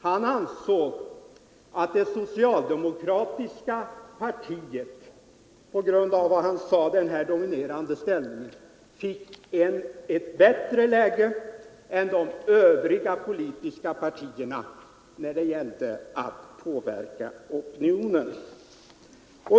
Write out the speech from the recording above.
Han ansåg att det socialdemokratiska partiet på grund av den här dominerande ställningen fick ett bättre läge än de övriga politiska partierna när det gällde att påverka opinionen.